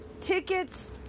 tickets